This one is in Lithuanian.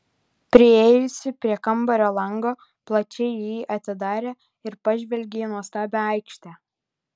priėjusi prie kambario lango plačiai jį atidarė ir pažvelgė į nuostabią aikštę